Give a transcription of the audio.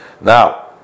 Now